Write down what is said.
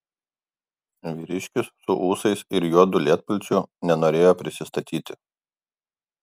vyriškis su ūsais ir juodu lietpalčiu nenorėjo prisistatyti